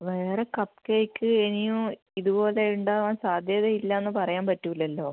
വേറെ cupcake ഇനിയും ഇത് പോലെ ഉണ്ടാവാൻ സാധ്യതയില്ല എന്ന് പറയാൻ പറ്റില്ലല്ലോ